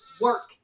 work